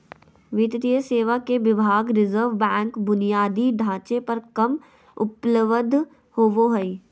वित्तीय सेवा के विभाग रिज़र्व बैंक बुनियादी ढांचे पर कम उपलब्ध होबो हइ